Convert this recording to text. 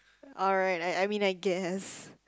alright I I mean I guess